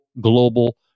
global